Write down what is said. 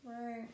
Right